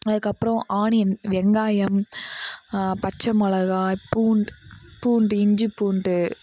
அதுக்கப்புறோம் ஆனியன் வெங்காயம் பச்சை மிளகா பூண்டு பூண்டு இஞ்சி பூண்டு